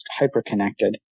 hyper-connected